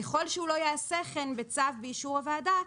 ככל שהוא לא יעשה כן בצו באישור הוועדה,